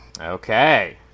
Okay